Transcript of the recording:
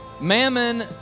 Mammon